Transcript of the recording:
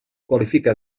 qualifica